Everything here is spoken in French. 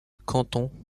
canton